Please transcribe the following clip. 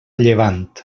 llevant